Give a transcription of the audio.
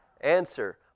Answer